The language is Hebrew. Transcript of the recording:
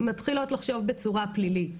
מתחילות לחשוב בצורה פלילית,